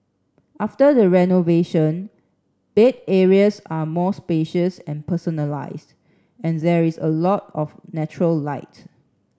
after the renovation bed areas are more spacious and personalised and there is a lot of natural light